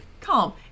calm